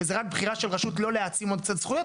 וזה רק בחירה של רשות לא להעצים עוד קצת זכויות,